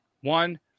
one